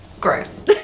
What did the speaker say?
Gross